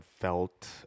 felt